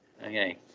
okay